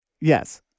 Yes